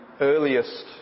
earliest